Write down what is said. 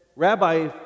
Rabbi